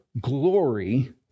glory